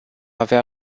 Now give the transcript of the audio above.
avea